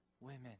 women